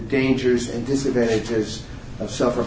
dangers and disadvantages of suffer